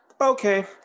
okay